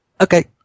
Okay